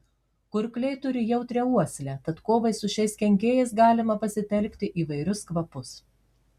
kurkliai turi jautrią uoslę tad kovai su šiais kenkėjais galima pasitelkti įvairius kvapus